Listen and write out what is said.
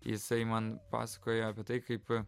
jisai man pasakojo apie tai kaip